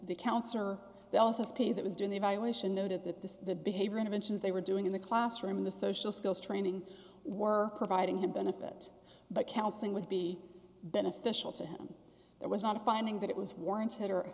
the counselor they also say that was doing the evaluation noted that the behavior interventions they were doing in the classroom the social skills training were providing him benefit but counseling would be beneficial to him there was not a finding that it was warranted or